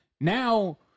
Now